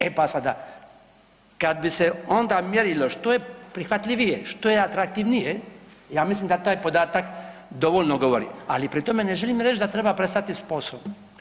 E pa sada kad bi se onda mjerilo što je prihvatljivije, što je atraktivnije, ja mislim da taj podatak dovoljno govori, ali pri tome ne želim reć da treba prestati s POS-om.